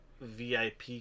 VIP